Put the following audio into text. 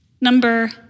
Number